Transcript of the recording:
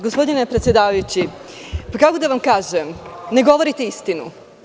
Gospodine predsedavajući, kako da vam kažem, ne govorite istinu.